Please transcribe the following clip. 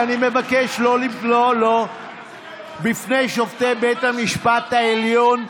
אני מבקש לחזק את שופטי בית המשפט העליון,